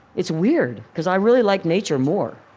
it's weird, because i really like nature more,